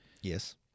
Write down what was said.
Yes